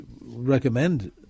recommend